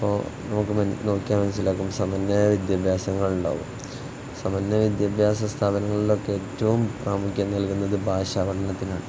അപ്പോൾ നമുക്ക് നോക്കിയാൻ മനസ്സിലാകും സമന്വയ വിദ്യാഭ്യാസങ്ങൾ ഉണ്ടാകും സമന്വയ വിദ്യാഭ്യാസ സ്ഥാപനങ്ങളിലൊക്കെ ഏറ്റവും പ്രാമുഖ്യം നൽകുന്നത് ഭാഷാ പഠനത്തിനാണ്